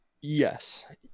Yes